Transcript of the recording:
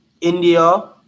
India